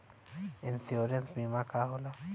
Insurance बीमा का होला?